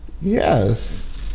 Yes